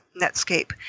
Netscape